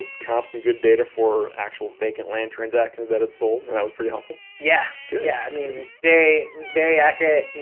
ah comps and good data for actual vacant land transactions that had sold, and that was pretty helpful? yeah. good. yeah i mean very very accurate,